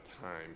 time